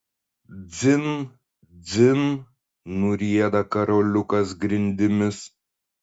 dzin dzin nurieda karoliukas grindimis